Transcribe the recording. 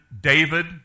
David